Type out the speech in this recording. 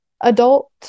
adult